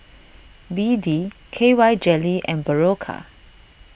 B D K Y Jelly and Berocca